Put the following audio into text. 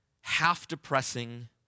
half-depressing